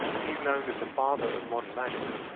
and he is known as the father of modern magic.